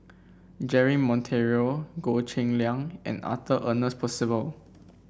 Jeremy Monteiro Goh Cheng Liang and Arthur Ernest Percival